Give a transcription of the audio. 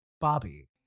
Bobby